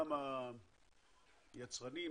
גם היצרנים,